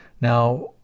Now